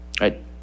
right